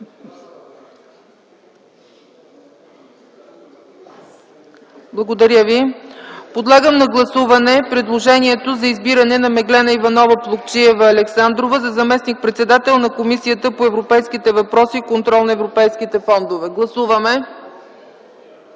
е прието. Подлагам на гласуване предложението за избиране на Меглена Иванова Плугчиева-Александрова за заместник-председател на Комисията по европейските въпроси и контрол на европейските фондове. Гласували